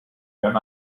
john